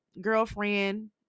girlfriend